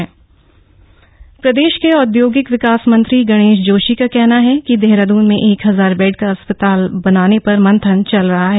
एक हजार बेड प्रदेश के औदयोगिक विकास मंत्री गणेश जोशी का कहना है कि देहरादून में एक हजार बेड का अस्पताल बनाने पर मंथन चल रहा है